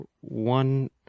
one